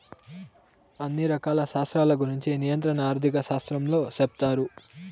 అన్ని రకాల శాస్త్రాల గురుంచి నియంత్రణ ఆర్థిక శాస్త్రంలో సెప్తారు